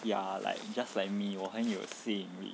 ya like just like me 我很有吸引力